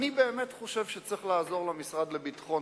אני באמת חושב שצריך לעזור למשרד לביטחון